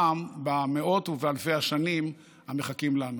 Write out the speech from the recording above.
גם במאות ובאלפי השנים המחכות לנו.